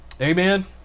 Amen